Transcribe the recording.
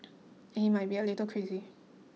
and he might be a little crazy